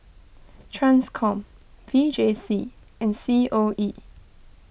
Transcom V J C and C O E